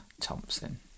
Thompson